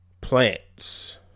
plants